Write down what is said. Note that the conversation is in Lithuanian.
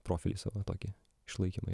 profilį savo tokį išlaikymui